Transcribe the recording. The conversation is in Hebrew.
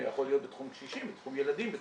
זה יכול להיות בתחום קשישים, בתחום ילדים.